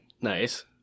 Nice